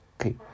Okay